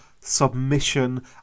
submission